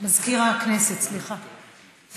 מזכיר הכנסת, סליחה.